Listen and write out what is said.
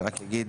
אני רק אגיד